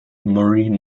maureen